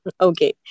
Okay